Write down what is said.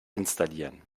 installieren